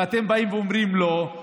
ואתם אומרים לא,